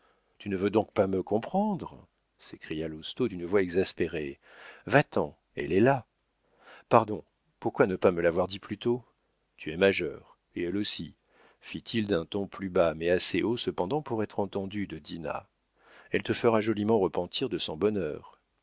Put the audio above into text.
tu ne veux donc pas me comprendre s'écria lousteau d'une voix exaspérée va-t'en elle est là pardon pourquoi ne pas l'avoir dit plus tôt tu es majeur et elle aussi fit-il d'un ton plus bas mais assez haut cependant pour être entendu de dinah elle te fera joliment repentir de son bonheur